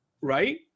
Right